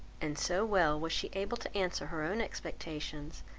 and so well was she able to answer her own expectations,